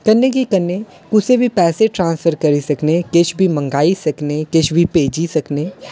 कन्नै गै कन्नै कुसै गी बी पैसे ट्रांसफर करी सकने किश बी मंगाई सकने किश बी भेजी सकने